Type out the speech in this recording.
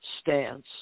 stance